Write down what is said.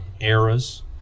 eras